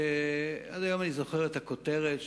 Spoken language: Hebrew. עד היום אני זוכר את הכותרת,